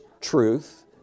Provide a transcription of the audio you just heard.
truth